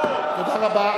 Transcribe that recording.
תודה רבה.